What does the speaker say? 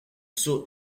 sought